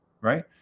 right